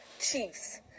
chiefs